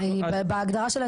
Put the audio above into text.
בהגדרה.